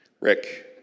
Rick